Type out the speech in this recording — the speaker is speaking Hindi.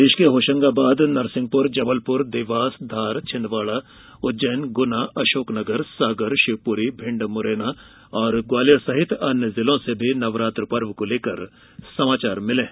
प्रदेश के होशंगाबाद नरसिंहपुर जबलपुर देवास धार छिंदवाड़ा उज्जैन गुना अशोकनगर सागर शिवपुरी भिण्ड मुरैना और ग्वालियर सहित अन्य जिलों से भी नवरात्र पर्व को लेकर समाचार मिले हैं